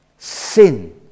Sin